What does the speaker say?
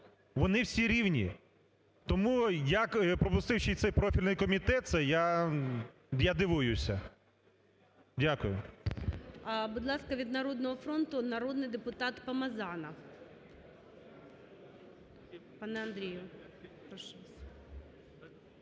вони всі рівні. Тому, як пропустив профільний комітет це, я дивуюся. Дякую.